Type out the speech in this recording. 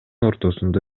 ортосунда